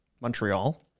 Montreal